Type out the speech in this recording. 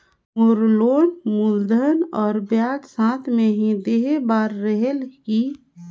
मोर loan मूलधन और ब्याज साथ मे ही देहे बार रेहेल की?